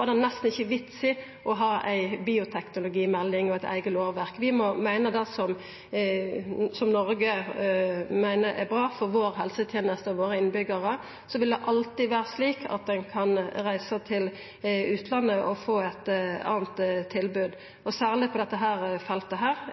var det nesten ikkje vits i å ha ei bioteknologimelding og eit eige lovverk. Vi må meina det som Noreg meiner er bra for vår helseteneste og våre innbyggjarar. Så vil det alltid vera slik at ein kan reisa til utlandet og få eit anna tilbod, og særleg på dette feltet.